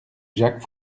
jacques